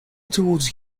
towards